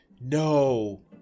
No